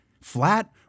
Flat